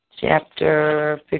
Chapter